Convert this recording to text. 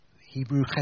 Hebrew